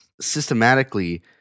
systematically